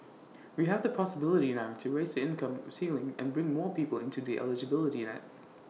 we have the possibility now to raise the income ceiling and bring more people into the eligibility net